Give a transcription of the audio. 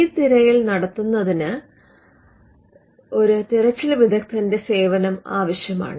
ഈ തിരയൽ നടത്തുന്നത് ഒരു തിരച്ചിൽ വിദഗ്ധനാണ്